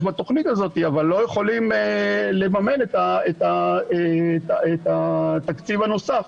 בתוכנית הזאת אבל לא יכולים לממן את התקציב הנוסף.